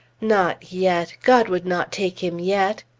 not yet! god would not take him yet!